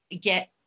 get